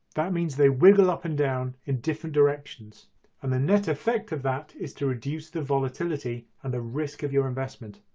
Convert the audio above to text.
that means they wiggle up and down in different directions and the net effect of that is to reduce the volatility, and the ah risk, of your investment.